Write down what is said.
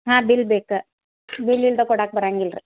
ಹಾಂ ಬಿಲ್ ಬೇಕು ಬಿಲ್ ಇಲ್ದ ಕೊಡಾಕೆ ಬರಂಗಿಲ್ಲ ರೀ